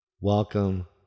Welcome